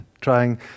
trying